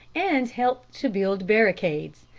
and help to build barricades.